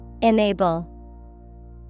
Enable